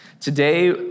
Today